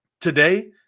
today